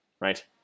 right